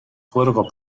political